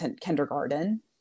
kindergarten